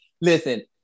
Listen